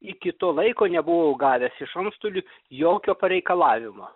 iki to laiko nebuvau gavęs iš antstolių jokio pareikalavimo